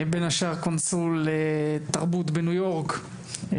בין השאר קונסול תרבות בניו יורק,